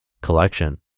Collection